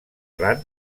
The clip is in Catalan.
ran